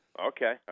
Okay